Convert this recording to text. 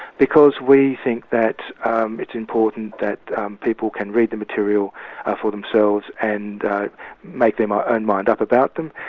because we think that um it's important that people can read the material ah for themselves and make their ah own mind up about them.